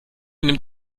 nimmt